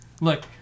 Look